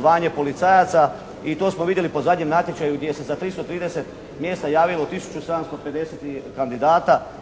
zvanje policajaca i to smo vidjeli po zadnjem natječaju gdje se za 330 mjesta javilo tisuću 750 kandidata.